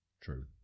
true